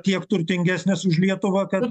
tiek turtingesnės už lietuvą kad